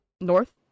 North